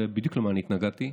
יודע בדיוק למה התנגדתי.